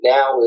Now